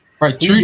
Right